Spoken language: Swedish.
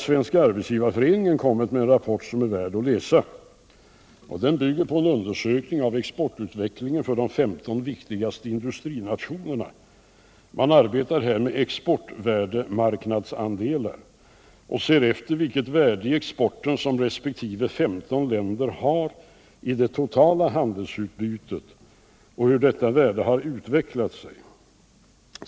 Svenska arbetsgivareföreningen har kommit med en rapport som är värd att läsa. Rapporten bygger på en undersökning av exportutvecklingen för de 15 viktigaste industrinationerna. Man arbetar här med exportvärdemarknadsandelar och ser efter vilket värde i exporten som resp. 15 länder har i det totala handelsutbytet och hur detta värde har utvecklat sig.